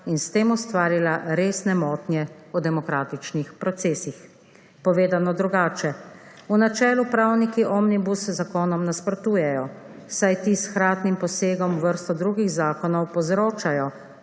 in s tem ustvarila resne motnje v demokratičnih procesih. Povedano drugače, v načelu pravniki omnibus zakonom nasprotujejo, saj ti s hkratnim posegom v vrsto drugih zakonov povzročajo